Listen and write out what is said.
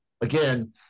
again